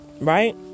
right